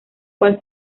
cual